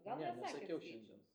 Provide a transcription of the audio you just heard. ne nesakiau šiandien